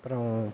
அப்புறம்